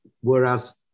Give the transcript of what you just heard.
Whereas